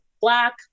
black